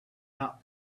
out